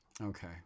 Okay